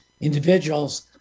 individuals